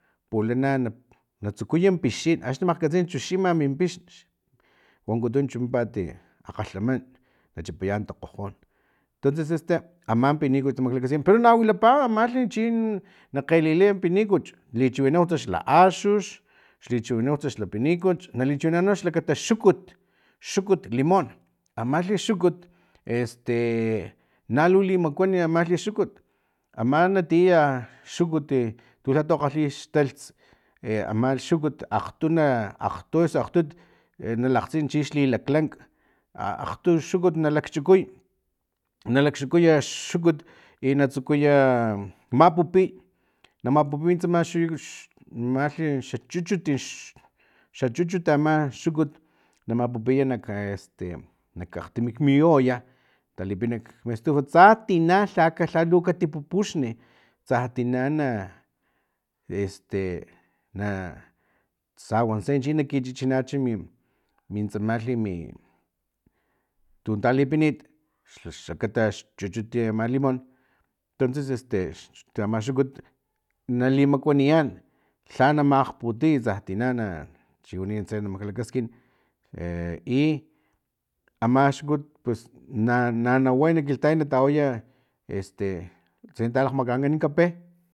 Pulana na tsukuyan pixin axni na makgkatsix chu xima min pix wonkutun chu pimpat e akgalhaman na chipayan takgojon tonces este aman pinikuchu maklakaskin pero na wilapa amalhi chin na kgelilay pinikuchu lichiwinau xla axux lichiwinau xla pinikuchu na li chiwana no xlakata xukut xukut limon amalhi xukut este e na li limakuan amalhi xukut ama na tiyaya xukut i tu lhato kgalhi xtalts e ama xukut akgtu na akgtu osu akgtut a nalakgtsin chixli laklank akgtu xukut nalakchukupuy nalakchukuy xukut i na tsukuya mapupiy na mapupiy tsama xu tsamalhi xa chuchut x xa chuchut ama xukut na mapupiy nak este nak akgtimi mi olla talipina nak estufa tsa tina lhalu katipupuxni tsa tina na este e na sawantse chi nakichichinach mi mintsamalhi i tun talipinit xa xlakata chuchut ama limon tonces este ama xukut nali makuaniyan lhana makgputiy tsa tina na chiwani intse na maklakaskin e i ama xukut pues na na way na kilhtayay natawaya este tse talakgmakankan kape